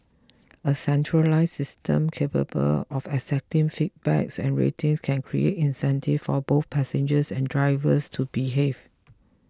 a centralised system capable of accepting feedbacks and rating can create incentives for both passengers and drivers to behave